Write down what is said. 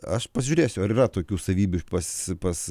aš pažiūrėsiu ar yra tokių savybių pas pas